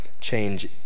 change